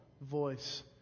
voice